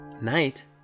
night